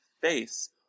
face